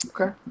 Okay